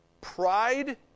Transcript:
pride